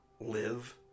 live